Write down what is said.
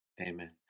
amen